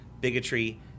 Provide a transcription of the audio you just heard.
bigotry